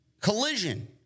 Collision